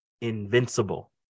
invincible